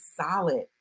solid